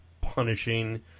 punishing